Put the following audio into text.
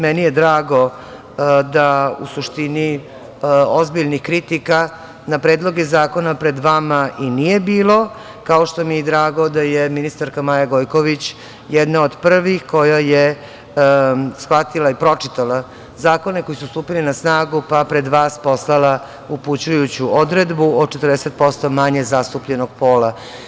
Meni je drago da u suštini ozbiljnih kritika na predloge zakona pred vama i nije bilo, kao što mi je i drago da je ministarka Maja Gojković jedna od prvih koja je shvatila i pročitala zakone koji su stupili na snagu, pa pred vas poslala upućujuću odredbu o 40% manje zastupljenog pola.